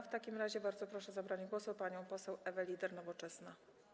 W takim razie bardzo proszę o zabranie głosu panią poseł Ewę Lieder, Nowoczesna.